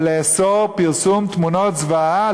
אבל לאסור פרסום תמונות זוועה,